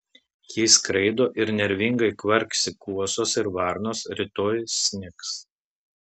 jei skraido ir nervingai kvarksi kuosos ir varnos rytoj snigs